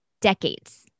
decades